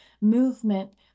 movement